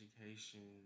education